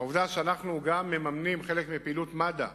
העובדה שאנחנו גם מממנים חלק מפעילות מד"א